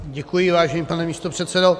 Děkuji, vážený pane místopředsedo.